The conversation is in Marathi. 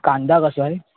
कांदा कसा आहे